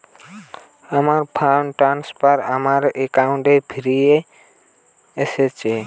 আমার fund transfer আমার অ্যাকাউন্টে ফিরে এসেছে